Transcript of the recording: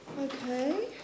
Okay